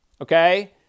Okay